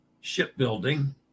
shipbuilding